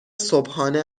صبحانه